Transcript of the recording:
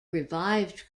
revived